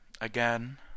again